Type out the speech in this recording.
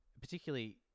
particularly